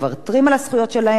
כי אין מי שייצג אותם,